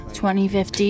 2050